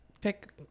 pick